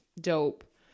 dope